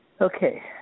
Okay